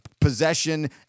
possession